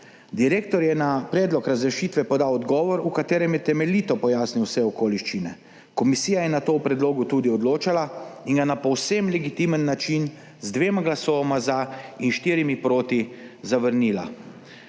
Direktor je na predlog razrešitve podal odgovor, v katerem je temeljito pojasnil vse okoliščine. Komisija je na to o predlogu tudi odločala in ga na povsem legitimen način z dvema glasovoma za in štirimi proti zavrnila.